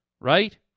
Right